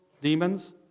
demons